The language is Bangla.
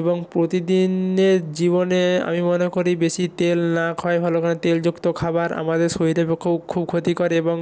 এবং প্রতিদিনের জীবনে আমি মনে করি বেশি তেল না খাওয়াই ভালো কারণ তেলযুক্ত খাবার আমাদের শরীরের পক্ষেও খুব ক্ষতিকর এবং